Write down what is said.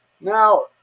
Now